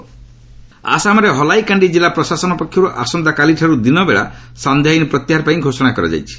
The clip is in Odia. ଆସାମ ଆସାମରେ ହଇଲାକାଣ୍ଡି ଜିଲ୍ଲା ପ୍ରଶାସନ ପକ୍ଷରୁ ଆସନ୍ତାକାଲିଠାରୁ ଦିନବେଳା ସାନ୍ଧ୍ୟ ଆଇନ୍ ପ୍ରତ୍ୟାହାର ପାଇଁ ଘୋଷଣା କରାଯାଇଛି